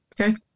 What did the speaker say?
Okay